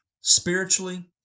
spiritually